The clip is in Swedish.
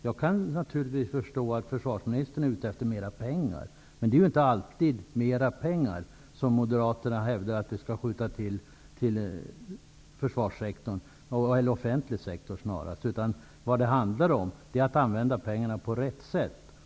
Jag kan i och för sig förstå att försvarsministern är ute efter mer pengar, men det är inte alltid mer pengar som det handlar om. Det handlar i stället om att använda pengarna på rätt sätt.